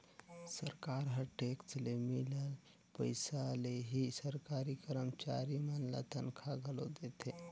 सरकार ह टेक्स ले मिलल पइसा ले ही सरकारी करमचारी मन ल तनखा घलो देथे